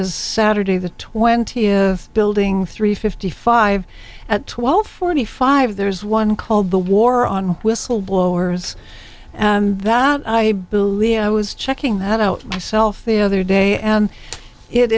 is saturday the twentieth building three fifty five at twelve forty five there's one called the war on whistleblowers and that i believe i was checking that out myself the other day and it